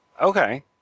okay